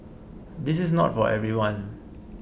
this is not for everyone